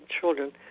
children